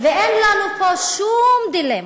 ואין לנו פה שום דילמות,